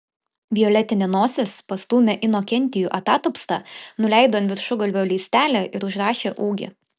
violetinė nosis pastūmė inokentijų atatupstą nuleido ant viršugalvio lystelę ir užrašė ūgį